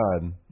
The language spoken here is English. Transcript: God